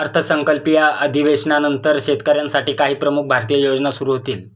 अर्थसंकल्पीय अधिवेशनानंतर शेतकऱ्यांसाठी काही प्रमुख भारतीय योजना सुरू होतील